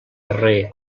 darrer